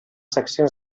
seccions